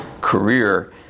career